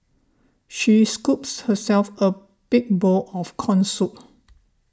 she scooped herself a big bowl of Corn Soup